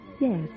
Yes